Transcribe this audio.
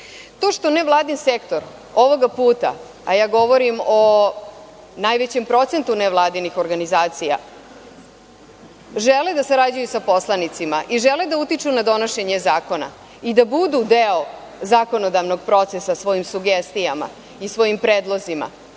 To što nevladin sektor ovoga puta, a govorim o najvećem procentu o nevladinih organizacija, žele da sarađuju sa poslanicima i žele da utiču na donošenje zakona i da budu deo zakonodavnog procesa svojim sugestijama i svojim predlozima,